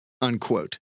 unquote